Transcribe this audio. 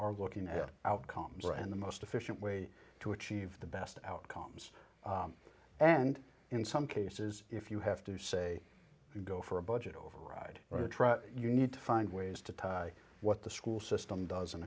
are looking at outcomes and the most efficient way to achieve the best outcomes and in some cases if you have to say go for a budget override or truck you need to find ways to tie what the school system doesn't